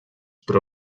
però